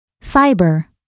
Fiber